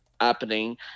Happening